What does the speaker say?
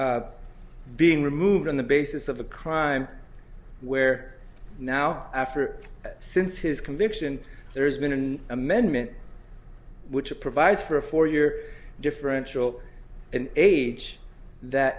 is being removed on the basis of a crime where now after since his conviction there's been an amendment which provides for a four year differential in age that